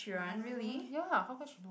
!wah! ya how come she know